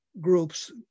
groups